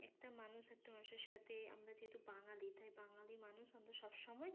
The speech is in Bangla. একটা মানুষ একটা মানুষের সাথে আমরা যেহেতু বাঙালি তাই বাঙালি মানুষ আমরা সব সময়